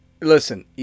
Listen